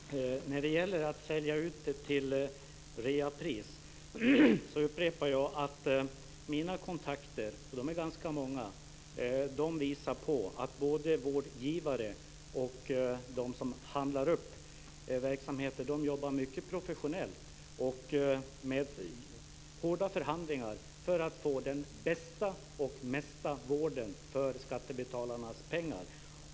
Herr talman! När det gäller att sälja ut till reapris upprepar jag att mina kontakter, och de är ganska många, visar att både vårdgivare och de som handlar upp verksamheter jobbar mycket professionellt och med hårda förhandlingar för att få den bästa och mesta vården för skattebetalarnas pengar.